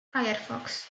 firefox